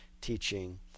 teaching